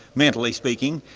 mentally speaking,